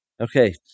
Okay